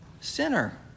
sinner